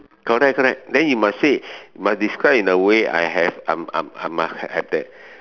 correct correct then you must say you must describe in a way I have I I I must have that